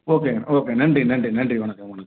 ஓகேங்க ஓகேங்க நன்றி நன்றி நன்றி வணக்கம் வணக்கம்